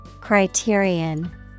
Criterion